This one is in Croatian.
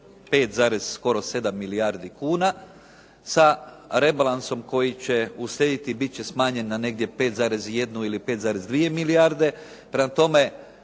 7 milijardi kuna, sa rebalansom koji će uslijediti bit će smanjen na negdje 5,1 ili 5,2 milijarde.